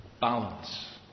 balance